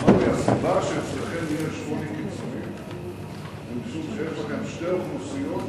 הוא אמר לי: הסיבה שאצלכם יש עוני קיצוני היא שיש לכם שתי אוכלוסיות